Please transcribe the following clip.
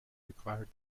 require